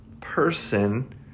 person